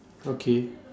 okay